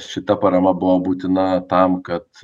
šita parama buvo būtina tam kad